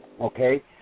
okay